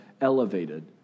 elevated